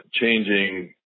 changing